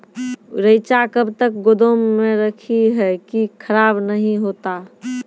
रईचा कब तक गोदाम मे रखी है की खराब नहीं होता?